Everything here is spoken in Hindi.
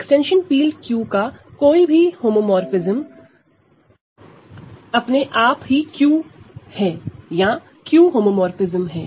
एक्सटेंशन फील्ड Q का कोई भी होमोमोरफ़िज्म अपने आप ही Q है या Q होमोमोरफ़िज्म है